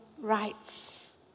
rights